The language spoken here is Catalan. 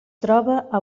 troba